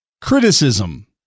Criticism